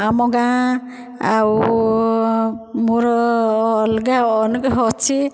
ଆମ ଗାଁ ଆଉ ମୋର ଅଲଗା ଅନେକ ଅଛି